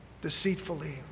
deceitfully